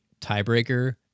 tiebreaker